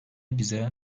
bize